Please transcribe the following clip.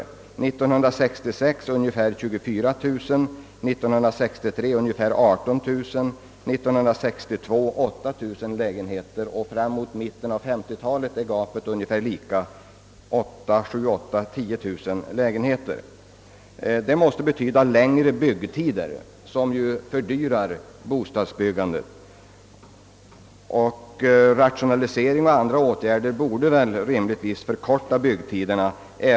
År 1966 var gapet ungefär 24000, 1963 ungefär 18000. Under perioden från mitten av 1950-talet och fram till 1962 kan skillnaden mellan antalet igångsatta lägenheter och antalet inflyttningsfärdiga lägenheter uppskattas ha varierat mellan 8 000—10 000 lägenheter. Detta måste betyda längre byggtider under senare år, vilket ju fördyrar bostadsbyggandet. Rationalisering och andra åtgärder borde rimligtvis förkorta byggtiderna.